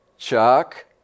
Chuck